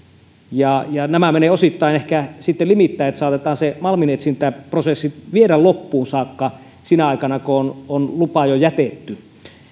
nämä menevät osittain ehkä sitten limittäin että saatetaan se malminetsintäprosessi viedä loppuun saakka sinä aikana kun on lupa jo jätetty